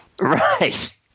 Right